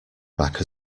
back